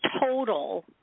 total